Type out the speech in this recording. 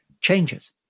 changes